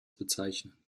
bezeichnen